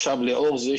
היא לא תבטל.